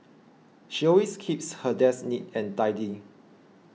she always keeps her desk neat and tidy